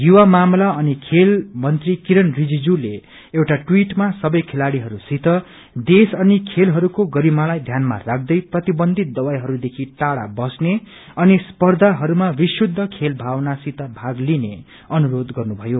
युवा मामला अनि खेल मंत्री किरण रिजिजूले एउआ ट्विटमा सबै खेलाड़ीहरूसित देश अनि खेलहरूको गरिमालाई ध्यानमा राख्दै प्रतिबन्धित दवाईहरू देखि टाइा बस्ने अनि स्पर्षहरूमा विशुद्ध खेल भावनासित भाग लिने अनुरोष गर्नु भयो